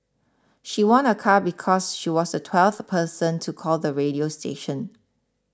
she won a car because she was the twelfth person to call the radio station